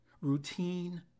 Routine